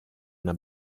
una